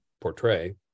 portray